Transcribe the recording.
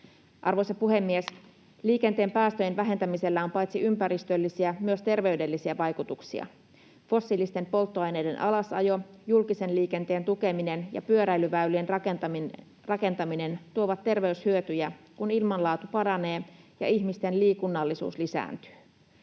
Arvoisa puhemies! Liikenteen päästöjen vähentämisellä on paitsi ympäristöllisiä myös terveydellisiä vaikutuksia. Fossiilisten polttoaineiden alasajo, julkisen liikenteen tukeminen ja pyöräilyväylien rakentaminen tuovat terveyshyötyjä, kun ilmanlaatu paranee ja ihmisten liikunnallisuus lisääntyy.